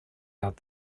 out